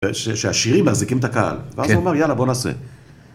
שהעשירים מחזיקים את הקהל, ואז הוא אומר יאללה בוא נעשה.